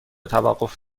توقف